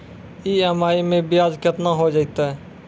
EMI मैं ब्याज केतना हो जयतै?